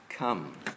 Come